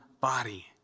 body